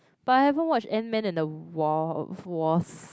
but I haven't watch Ant-man and the wa~ Wasp